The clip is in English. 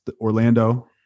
Orlando